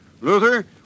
Luther